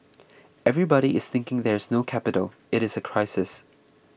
everybody is thinking there is no capital it is a crisis